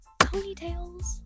Ponytails